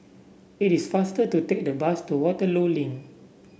it is faster to take the bus to Waterloo Link